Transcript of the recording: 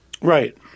Right